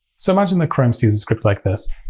so imagine that chrome sees a script like this.